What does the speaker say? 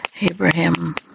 Abraham